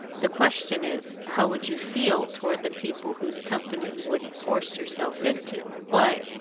the question is, how would you feel toward the people whose company you wouldn't force yourself into? why,